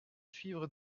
suivre